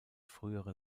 frühere